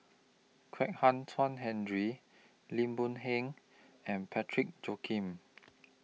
Kwek Hian Chuan Henry Lim Boon Heng and Parsick Joaquim